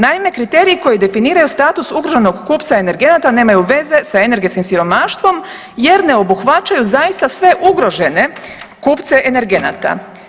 Naime, kriteriji koji definiraju status ugroženog kupca energenata nemaju veze sa energetskim siromaštvom jer ne obuhvaćaju zaista sve ugrožene kupce energenata.